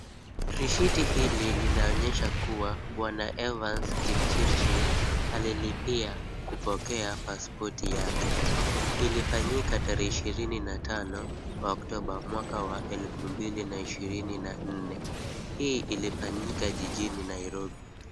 Risiti hili linaonyesha kuwa bwana Evans Kipchirchir alilipia kupokea pasipoti yake. Ilifanyika tarehe ishirini na tano, October mwaka wa elfu mbili ishirini na nne. Hii ilifanyika jijini Nairobi.